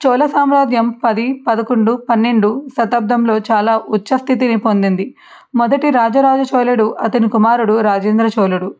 చోళ సామ్రాజ్యం పది పదకొండు పన్నెండు శతాబ్దంలో చాలా ఉచ్ఛస్థితిని పొందింది మొదటి రాజరాజ చోళుడు అతని కుమారుడు రాజేంద్ర చోళుడు